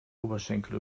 oberschenkel